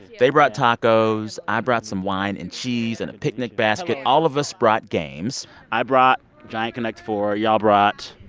they brought tacos. i brought some wine and cheese and a picnic basket. all of us brought games i brought giant connect four. y'all brought.